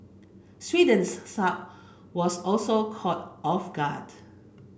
Sweden's Saab was also caught off guard